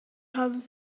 haben